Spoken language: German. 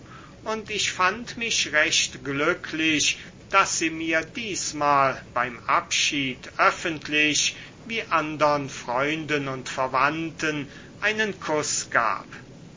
und ich fand mich recht glücklich daß sie mir diesmal beim abschied öffentlich wie andern freunden und verwandten einen kuß gab